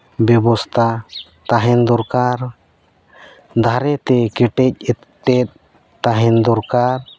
ᱵᱮᱵᱚᱥᱛᱟ ᱛᱟᱦᱮᱱ ᱫᱚᱨᱠᱟᱨ ᱵᱟᱦᱨᱮ ᱛᱮ ᱠᱮᱴᱮᱡ ᱮᱴᱮᱫ ᱛᱟᱦᱮᱱ ᱫᱚᱨᱠᱟᱨ